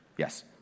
Yes